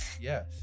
Yes